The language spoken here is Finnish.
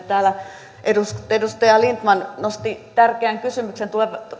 täällä edustaja lindtman nosti tärkeän kysymyksen tulevaa